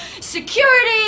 security